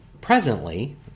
presently